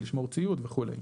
לשמור ציוד וכולי.